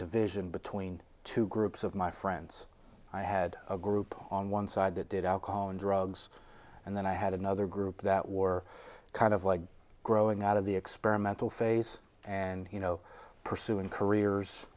division between two groups of my friends i had a group on one side that did alcohol and drugs and then i had another group that were kind of like growing out of the experimental phase and you know pursuing careers